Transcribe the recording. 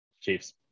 Chiefs